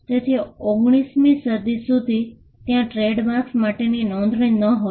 તેથી 19 મી સદી સુધી ત્યાં ટ્રેડમાર્ક માટેની નોંધણી નહોતી